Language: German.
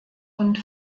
und